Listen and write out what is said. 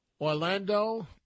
Orlando